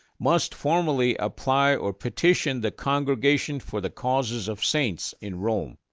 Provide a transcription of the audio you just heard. must formerly apply or petition the congregation for the causes of saints in rome.